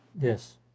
Yes